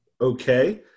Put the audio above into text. okay